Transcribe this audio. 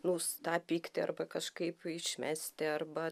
nus tą pyktį arba kažkaip išmesti arba